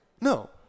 No